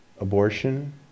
abortion